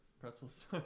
Pretzels